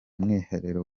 mwiherero